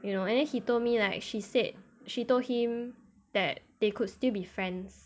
you know and then he told me like she said she told him that they could still be friends